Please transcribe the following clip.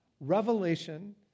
Revelation